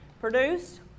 produced